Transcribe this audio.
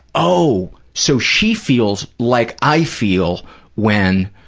oh, so she feels like i feel when,